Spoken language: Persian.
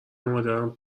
مادرم